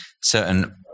certain